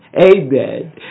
Amen